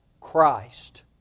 Christ